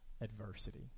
adversity